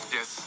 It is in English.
Yes